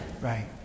Right